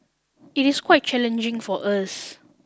it is quite challenging for us